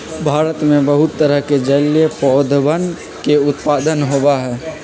भारत में बहुत तरह के जलीय पौधवन के उत्पादन होबा हई